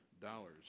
dollars